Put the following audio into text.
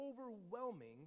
overwhelming